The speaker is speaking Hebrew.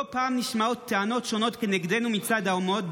לא פעם נשמעות טענות שונות כנגדנו מצד האומות,